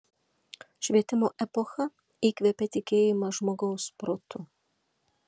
švietimo epocha įkvėpė tikėjimą žmogaus protu